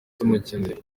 tumukeneye